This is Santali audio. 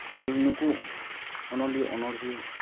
ᱛᱮᱦᱤᱧ ᱱᱩᱠᱩ ᱚᱱᱚᱞᱤᱭᱟᱹ ᱚᱱᱚᱲᱦᱤᱭᱟᱹ